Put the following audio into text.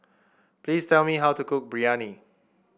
please tell me how to cook Biryani